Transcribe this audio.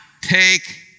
take